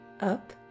up